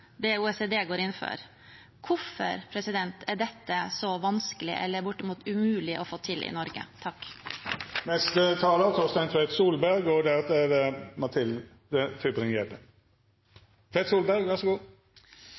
det OECD går inn for. Hvorfor er dette så vanskelig eller bortimot umulig å få til i Norge?